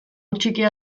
txikia